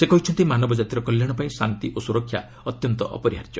ସେ କହିଛନ୍ତି ମାନବ ଜାତିର କଲ୍ୟାଣ ପାଇଁ ଶାନ୍ତି ଓ ସୁରକ୍ଷା ଅତ୍ୟନ୍ତ ଅପରିହାର୍ଯ୍ୟ